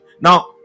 now